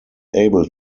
able